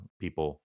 people